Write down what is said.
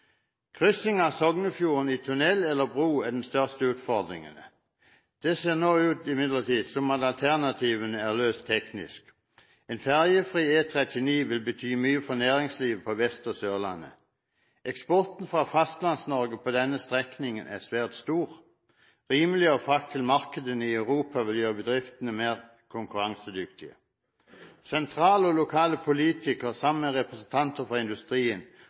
Kryssing av Sognefjorden via tunell eller bro er den største utfordringen. Det ser nå imidlertid ut til at alternativene er løst teknisk. En ferjefri E39 vil bety mye for næringslivet på Vest- og Sørlandet. Eksporten fra Fastlands-Norge på denne strekningen er svært stor. Rimeligere frakt til markedene i Europa vil gjøre bedriftene mer konkurransedyktige. Sentrale og lokale politikere må sammen med representanter fra industrien